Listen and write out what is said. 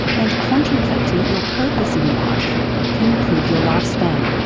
and contemplating your purpose in life can improve your lifespan.